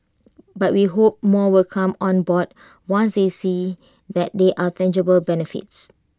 but we hope more will come on board once they see that there are tangible benefits